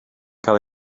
cael